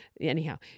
anyhow